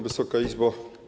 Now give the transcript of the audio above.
Wysoka Izbo!